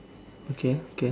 okay okay